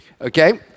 okay